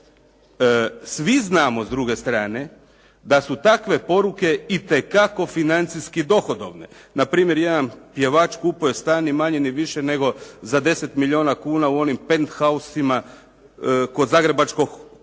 Svi znamo s druge strane da su takve poruke itekako financijski dohodovne. Npr. jedan pjevač kupuje stan ni manje ni više nego za 10 milijuna kuna u onim penthousima kod Zagrebačkog kolodvora.